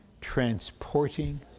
transporting